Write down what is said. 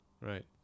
Right